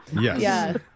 Yes